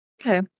okay